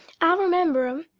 i remember em.